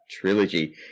trilogy